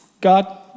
God